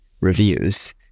reviews